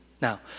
Now